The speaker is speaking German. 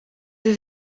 sie